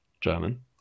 German